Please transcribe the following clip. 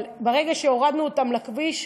אבל ברגע שהורדנו אותם לכביש,